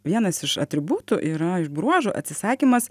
vienas iš atributų yra iš bruožų atsisakymas